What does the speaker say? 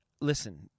Listen